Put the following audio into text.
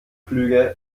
flüge